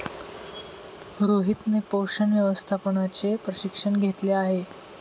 रोहितने पोषण व्यवस्थापनाचे प्रशिक्षण घेतले आहे